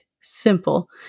simple